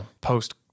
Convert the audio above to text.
post